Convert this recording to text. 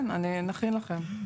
כן, נכין לכם.